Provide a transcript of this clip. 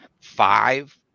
five